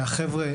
שהחבר'ה,